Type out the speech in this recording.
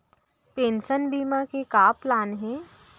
Pension बीमा के का का प्लान हे?